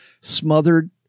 smothered